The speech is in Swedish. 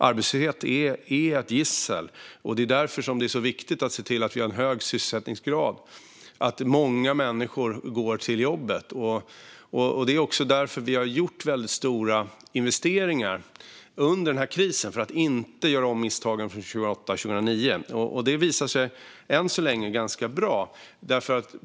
Arbetslöshet är ett gissel, och det är därför det är så viktigt att se till att vi har en hög sysselsättningsgrad och att många människor går till jobbet. Det är också därför vi har gjort väldigt stora investeringar under den här krisen för att inte göra om misstagen från 2008-2009. Det visar sig än så länge ha varit ganska bra.